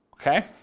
Okay